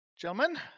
Gentlemen